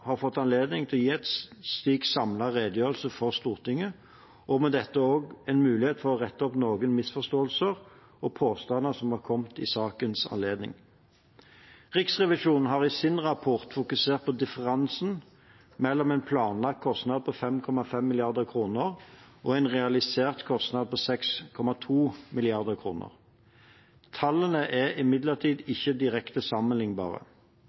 har fått anledning til å gi en slik samlet redegjørelse for Stortinget, og med dette også en mulighet til å rette opp noen misforståelser og påstander som har kommet i sakens anledning. Riksrevisjonen har i sin rapport fokusert på differansen mellom en planlagt kostnad på 5,5 mrd. kr og en realisert kostnad på 6,2 mrd. kr. Tallene er imidlertid ikke direkte sammenlignbare.